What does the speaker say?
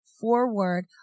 forward